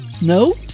No